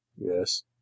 Yes